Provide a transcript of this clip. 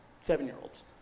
seven-year-olds